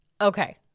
Okay